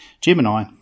Gemini